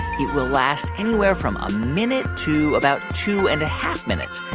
it will last anywhere from a minute to about two and a half minutes.